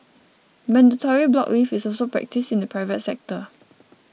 mandatory block leave is also practised in the private sector